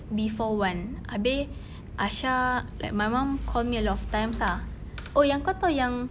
before one habis aisha like my mum called me a lot of times ah oh yang kau tahu yang